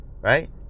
Right